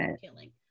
killing